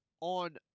on